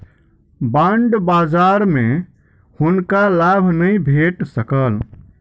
bond बजार में हुनका लाभ नै भेट सकल